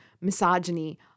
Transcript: misogyny